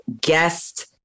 guest